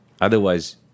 Otherwise